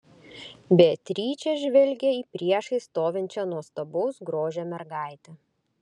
beatričė žvelgė į priešais stovinčią nuostabaus grožio mergaitę